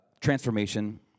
transformation